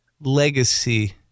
legacy